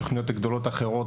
תכניות גדולות אחרות,